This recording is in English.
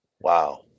wow